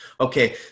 okay